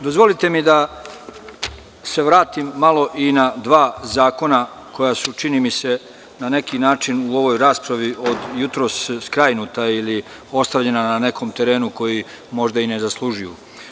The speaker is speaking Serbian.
Dozvolite mi da se vratim malo i na dva zakona koja su, čini mi se, na neki način u ovoj raspravi od jutros skrajnuta ili ostavljena na nekom terenu koji možda i ne zaslužuju.